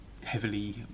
Heavily